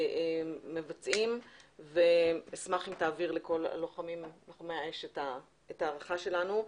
מבצעים ואשמח אם תעביר לכל לוחמי האש את ההערכה שלנו.